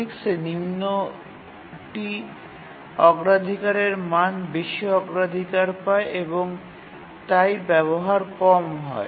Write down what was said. ইউনিক্সে নিম্নটি অগ্রাধিকারের মান বেশি অগ্রাধিকার পায় এবং তাই ব্যবহার কম হয়